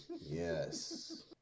Yes